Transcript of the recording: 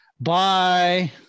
Bye